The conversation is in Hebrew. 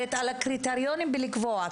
מדברת על הקריטריונים בלקבוע.